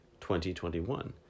2021